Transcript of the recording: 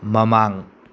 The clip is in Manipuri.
ꯃꯃꯥꯡ